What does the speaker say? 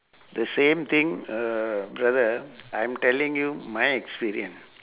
the same thing uh brother ah I'm telling you my experience